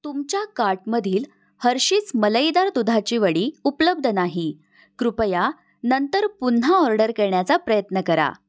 तुमच्या कार्टमधील हर्षीस मलईदार दुधाची वडी उपलब्ध नाही कृपया नंतर पुन्हा ऑर्डर करण्याचा प्रयत्न करा